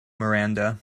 miranda